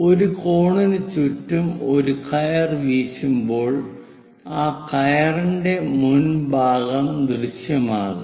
ഒരു കോണിന് ചുറ്റും ഒരു കയർ വീശുമ്പോൾ ആ കയറിന്റെ മുൻഭാഗം ദൃശ്യമാകും